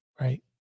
right